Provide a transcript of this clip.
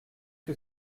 que